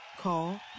Call